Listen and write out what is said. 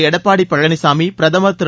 எடப்பாடி பழனிசாமி பிரதமர் திரு